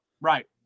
Right